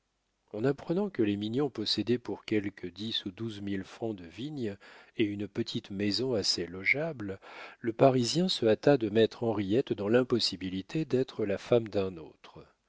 en apprenant que les mignon possédaient pour quelque dix ou douze mille francs de vignes et une petite maison assez logeable le parisien se hâta de mettre henriette dans l'impossibilité d'être la femme d'un autre